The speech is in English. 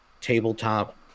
tabletop